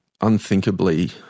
unthinkably